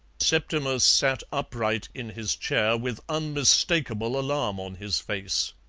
septimus sat upright in his chair, with unmistakable alarm on his face.